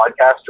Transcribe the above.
podcaster